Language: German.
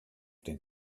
den